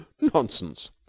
Nonsense